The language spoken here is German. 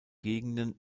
gegenden